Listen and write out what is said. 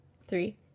three